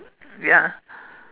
ya